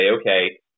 okay